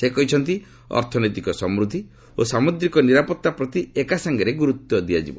ସେ କହିଛନ୍ତି ଅର୍ଥନୈତିକ ସମୃଦ୍ଧି ଓ ସାମୁଦ୍ରିକ ନିରାପତ୍ତା ପ୍ରତି ଏକାସାଙ୍ଗରେ ଗୁରୁତ୍ୱ ଦିଆଯିବ